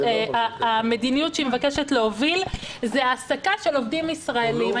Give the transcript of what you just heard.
המדיניות שהיא מבקשת להוביל היא העסקה של עובדים ישראלים.